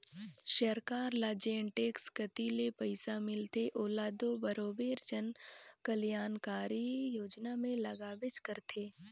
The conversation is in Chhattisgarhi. सरकार ल जेन टेक्स कती ले पइसा मिलथे ओला दो बरोबेर जन कलयानकारी योजना में लगाबेच करथे